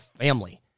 family